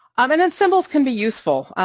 um and and symbols can be useful,